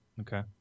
Okay